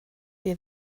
wir